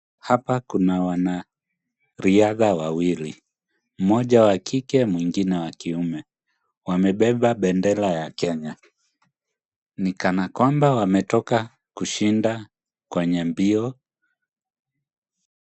Hapa kuna wanariadha wawili. Mmoja wa kike. Mwingine wa kiume. Wamebeba bendera ya Kenya. Ni kana kwamba wametoka kushinda kwenye mbio.